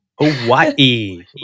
Hawaii